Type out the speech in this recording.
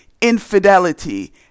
infidelity